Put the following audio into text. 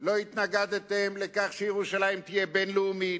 לכך שירושלים תהיה בין-לאומית.